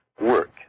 work